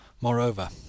Moreover